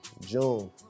June